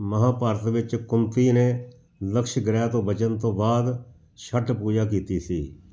ਮਹਾਭਾਰਤ ਵਿੱਚ ਕੁੰਤੀ ਨੇ ਲਕਸ਼ਗ੍ਰਹਿ ਤੋਂ ਬਚਣ ਤੋਂ ਬਾਅਦ ਛੱਠ ਪੂਜਾ ਕੀਤੀ ਸੀ